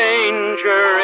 Danger